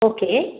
okay